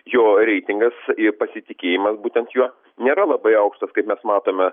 jo reitingas ir pasitikėjimas būtent juo nėra labai aukštas kaip mes matome